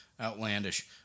Outlandish